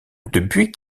depuis